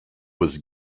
was